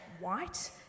white